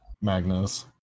Magnus